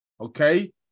Okay